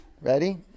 Ready